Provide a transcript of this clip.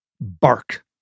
Bark